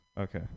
Okay